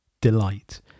delight